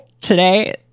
today